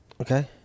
Okay